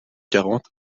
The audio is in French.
quarante